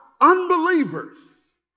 unbelievers